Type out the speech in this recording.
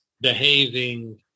behaving